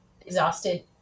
exhausted